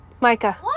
Micah